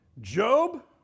Job